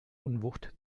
unwucht